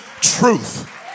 truth